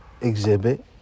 exhibit